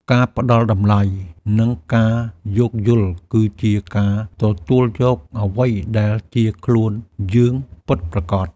ការផ្ដល់តម្លៃ និងការយោគយល់ គឺជាការទទួលយកអ្វីដែលជាខ្លួនយើងពិតប្រាកដ។